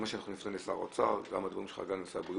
גם --- לשר האוצר וגם לשר הבריאות,